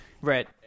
right